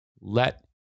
Let